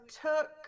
took